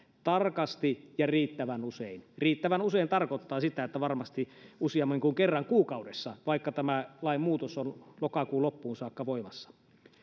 tarkasti ja riittävän usein riittävän usein tarkoittaa sitä että varmasti useammin kuin kerran kuukaudessa vaikka tämä lainmuutos on lokakuun loppuun saakka voimassa